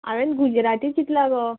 हांवेन गुजराती चितलां गो